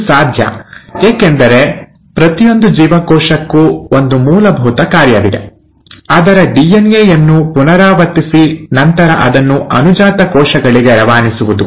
ಇದು ಸಾಧ್ಯ ಏಕೆಂದರೆ ಪ್ರತಿಯೊಂದು ಜೀವಕೋಶಕ್ಕೂ ಒಂದು ಮೂಲಭೂತ ಕಾರ್ಯವಿದೆ ಅದರ ಡಿಎನ್ಎ ಯನ್ನು ಪುನರಾವರ್ತಿಸಿ ನಂತರ ಅದನ್ನು ಅನುಜಾತ ಕೋಶಗಳಿಗೆ ರವಾನಿಸುವುದು